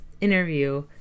interview